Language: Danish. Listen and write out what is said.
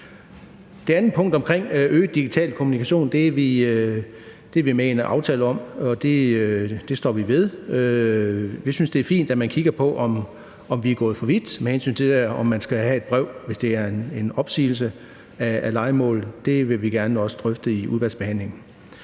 Det andet punkt omkring øget digital kommunikation er vi med i en aftale om, og det står vi ved. Vi synes, det er fint, at man kigger på, om vi er gået for vidt med hensyn til, om man skal have et brev, hvis det drejer sig om en opsigelse af lejemålet. Det vil vi også gerne drøfte i udvalgsbehandlingen.